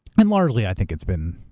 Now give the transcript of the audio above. and largely i think it's been